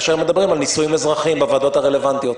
כאשר מדברים על נישואים אזרחיים בוועדות הרלוונטיות.